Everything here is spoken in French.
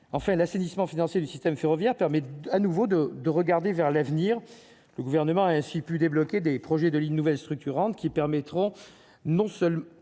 enfin l'assainissement financier du système ferroviaire permet à nouveau de de regarder vers l'avenir, le gouvernement a ainsi pu débloquer des projets de lignes nouvelles structurantes qui permettront non seulement